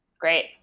Great